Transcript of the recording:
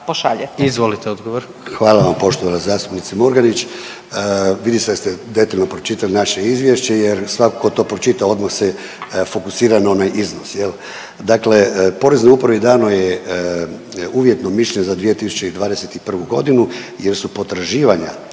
(HDZ)** Izvolite odgovor. **Klešić, Ivan** Hvala poštovana zastupnice Murganić. Vidi ste da ste detaljno pročitali naše izvješće jer svako ko to pročita odmah se fokusira na onaj iznos jel. Dakle, Poreznoj upravi dano je uvjetno mišljenje za 2021.g. jer su potraživanja